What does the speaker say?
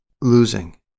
losing